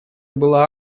было